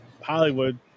Hollywood